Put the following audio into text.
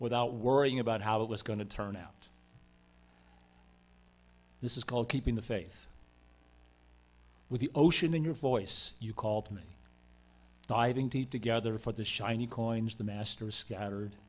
without worrying about how it was going to turn out this is called keeping the faith with the ocean in your voice you called me diving tea together for the shiny coins the master scattered